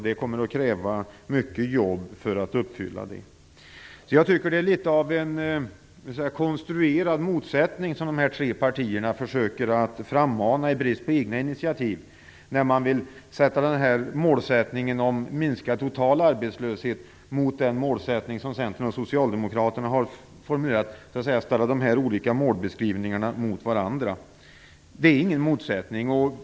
Det kommer att krävas mycket jobb för att det skall uppfyllas. Jag tycker att det är litet av en konstruerad motsättning, som de tre partierna försöker frammana i brist på egna initiativ, när man ställer målsättningen att minska den totala arbetslösheten mot den målsättning som centern och socialdemokraterna har formulerat. De ställer de två målbeskrivningarna mot varandra. Det är ingen motsättning.